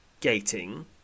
gating